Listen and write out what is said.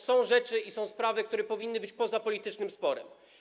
Są rzeczy i są sprawy, które powinny być poza politycznym sporem.